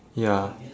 ya